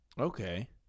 Okay